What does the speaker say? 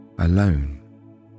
alone